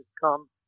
come